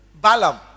Balaam